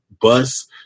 bus